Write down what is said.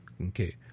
Okay